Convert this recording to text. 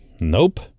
Nope